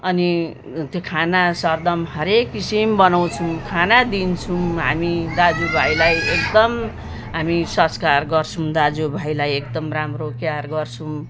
अनि त्यो खाना सरदम हरेक किसिम बनाउँछौँ खाना दिन्छौँ हामी दाजुभाइलाई एकदम हामी संस्कार गर्छौँ दाजुभाइलाई एकदम राम्रो कियर गर्छौँ